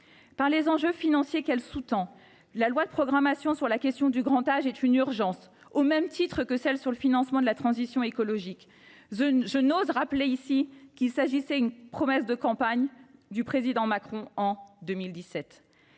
Par les enjeux financiers qu’elle emporte, la loi de programmation relative au grand âge est une urgence, au même titre qu’une loi de financement de la transition écologique. Je n’ose rappeler qu’il s’agissait d’une promesse de campagne du président Macron en 2017.